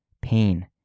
pain